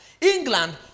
England